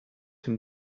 him